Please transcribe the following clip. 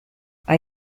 hay